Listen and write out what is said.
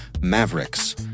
Mavericks